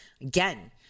Again